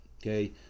Okay